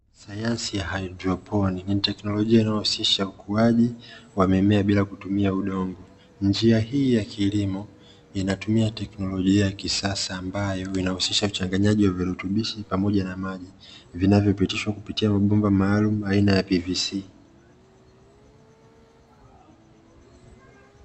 Sayansi ya hydroponi ni teknolojia inayohusisha ukuaji wa mimea bila kutumia udongo. njia hii ya kilimo inatumia teknolojia ya kisasa ambayo inahusisha uchanganyaji wa virutubisho pamoja na maji vinavyopitishwa kupitia mabomba maalumu aina ya "PVC".